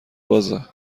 بازه